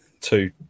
two